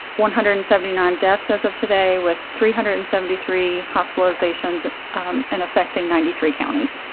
one hundred and seventy nine deaths as of today with three hundred and seventy three hospitalizations and affecting ninety three counties.